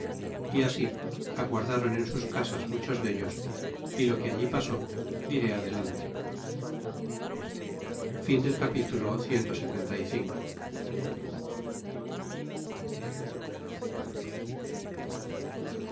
y así aguardáron en sus casas muchos dellos y lo que allí pasó diré adelante capitulo clxxvi